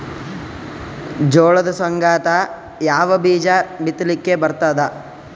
ಜೋಳದ ಸಂಗಾಟ ಯಾವ ಬೀಜಾ ಬಿತಲಿಕ್ಕ ಬರ್ತಾದ?